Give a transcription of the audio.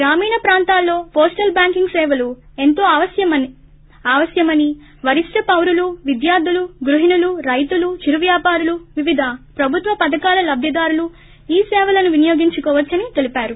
గ్రామీణ ప్రాంతాల్లో postal banking సేవలు ఎంతో అవశ్వమైనవని వరిష్ణపౌరులు విద్యార్దులు గ్భహిణులు రైతులు చిరువ్యాపారులు వివిధ ప్రభుత్వ పథకాల లబ్దిదారులు ఈ సేవలను వినియోగించుకోవచ్చని తెలిపారు